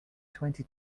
twenty